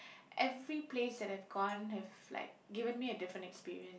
every place that I've gone have like given me a different experience